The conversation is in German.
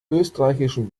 österreichischen